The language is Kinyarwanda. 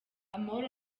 amahoro